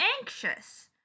anxious